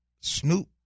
Snoop